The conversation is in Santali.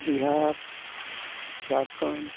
ᱵᱤᱦᱟᱨ ᱡᱷᱟᱲᱠᱷᱚᱰ